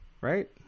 right